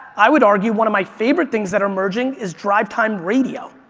i would argue one of my favorite things that are merging is drive-time radio.